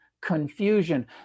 confusion